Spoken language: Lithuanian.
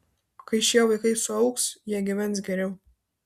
kai šie vaikai suaugs jie gyvens geriau